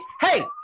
Hey